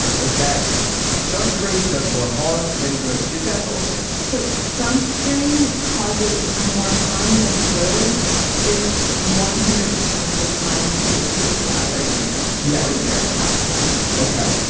ok sunscreen does more harm than good. is that bullshit so sunscreen causes more harm than good if one hundred percent of the time you're slathered in it. yeah and you're outside. ok.